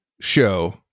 show